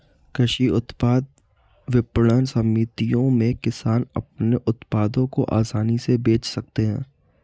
कृषि उत्पाद विपणन समितियों में किसान अपने उत्पादों को आसानी से बेच सकते हैं